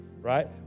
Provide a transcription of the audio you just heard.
right